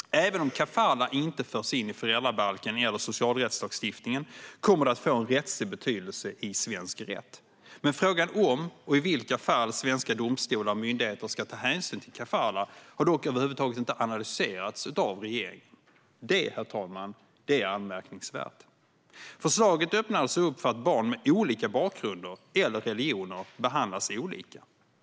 Även om kafalah inte förs in i föräldrabalken eller socialrättslagstiftningen kommer det att få en rättslig betydelse i svensk rätt. Men frågan om och i vilka fall svenska domstolar och myndigheter ska ta hänsyn till kafalah har över huvud taget inte analyserats av regeringen. Det, herr talman, är anmärkningsvärt. Förslaget öppnar alltså för att barn med olika bakgrunder eller religioner behandlas olika.